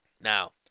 Now